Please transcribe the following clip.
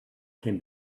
can